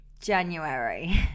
January